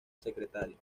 secretario